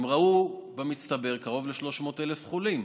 הן ראו במצטבר קרוב ל-300,000 חולים.